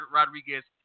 Rodriguez